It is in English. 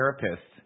therapist